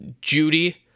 Judy